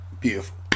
beautiful